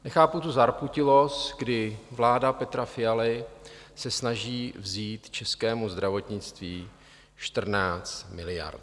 Nechápu tu zarputilost, kdy vláda Petra Fialy se snaží vzít českému zdravotnictví 14 miliard.